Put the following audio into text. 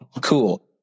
cool